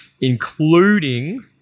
including